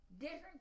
different